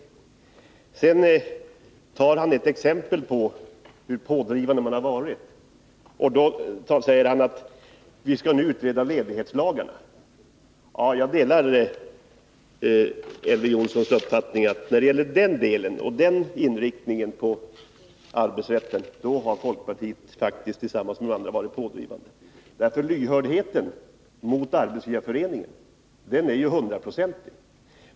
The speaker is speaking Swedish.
Elver Jonsson visar med ett exempel hur pådrivande man har varit och säger att man nu skall utreda ledighetslagarna. Jag delar Elver Jonssons uppfattning att folkpartiet tillsammans med övriga partier faktiskt har varit pådrivande i den delen av det arbetsrättsliga området. Lyhördheten mot Arbetsgivareföreningen är ju hundraprocentig.